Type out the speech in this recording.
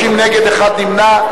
30 נגד, אחד נמנע.